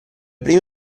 prime